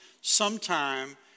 sometime